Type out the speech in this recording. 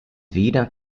wieder